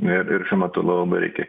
ir ir šiuo metu labai reikia